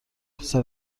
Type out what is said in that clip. پسر